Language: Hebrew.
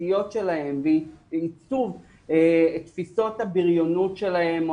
החברתיות שלהם ועיצוב תפיסות הבריונות שלהם או